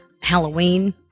Halloween